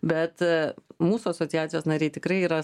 bet mūsų asociacijos nariai tikrai yra